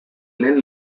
lehen